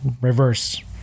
reverse